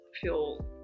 feel